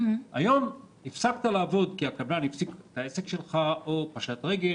היום הפסקת לעבוד כי הקבלן הפסיק את ההעסקה שלך או פשט רגל